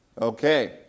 Okay